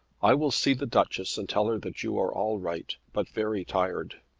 i will see the duchess and tell her that you are all right but very tired.